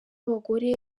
abagore